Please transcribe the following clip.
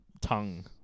tongue